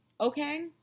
okay